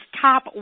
top